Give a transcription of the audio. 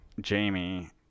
Jamie